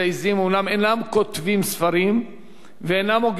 אומנם אינם כותבים ספרים ואינם הוגים דעות,